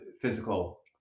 physical